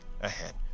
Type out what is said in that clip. ahead